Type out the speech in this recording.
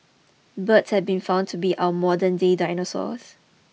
birds have been found to be our modernday dinosaurs